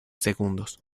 segundos